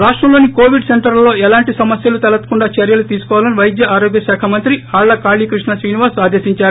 రాష్షంలోని Covid సెంటర్లలో ఎలాంటి సమస్వలు తలెత్తకుండా చర్చలు తీసుకోవాలని వైద్య ఆరోగ్య శాఖ మంత్రి ఆళ్ల కాళీ కృష్ణ శ్రీనివాస్ ఆదేశించారు